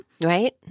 Right